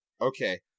Okay